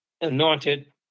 anointed